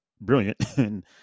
brilliant